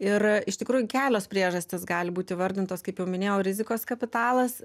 ir iš tikrųjų kelios priežastys gali būt įvardintos kaip jau minėjau rizikos kapitalas